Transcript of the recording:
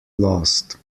lost